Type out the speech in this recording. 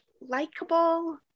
likable